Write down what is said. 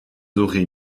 aurez